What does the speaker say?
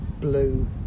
blue